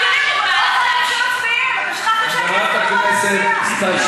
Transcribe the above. רבותי, נא לא